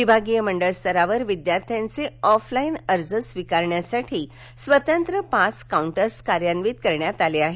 विभागीय मंडळ स्तरावर विद्यार्थ्यांचे ऑफलाईन अर्ज स्विकारण्यासाठी स्वतंत्र पाच काऊंटर्स कार्यान्वित करण्यात आले आहे